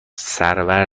سرور